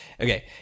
okay